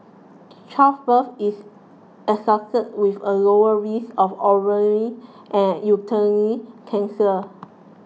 childbirth is associated with a lower risk of ovarian and uterine cancer